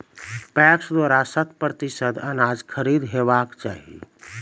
PACS द्वारा शत प्रतिसत अनाज खरीद हेवाक चाही?